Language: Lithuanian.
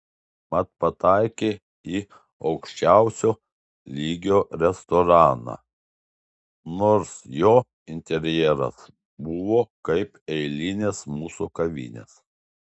mat pataikei į aukščiausio lygio restoraną nors jo interjeras buvo kaip eilinės mūsų kavinės